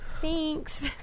Thanks